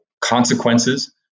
consequences